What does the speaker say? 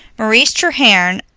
maurice treherne,